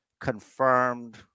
confirmed